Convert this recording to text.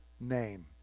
name